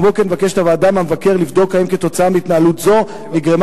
כמו כן מבקשת הוועדה מהמבקר לבדוק אם כתוצאה מהתנהלות זו נגרמה